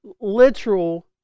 literal